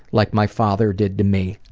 like my father did to me.